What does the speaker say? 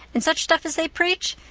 and such stuff as they preach!